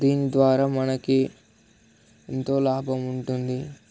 దీని ద్వారా మనకి ఎంతో లాభం ఉంటుంది